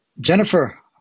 Jennifer